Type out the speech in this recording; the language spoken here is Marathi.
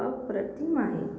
अप्रतिम आहे